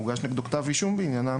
או שהוגש כנגדו כתב אישום בעניינן